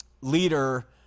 leader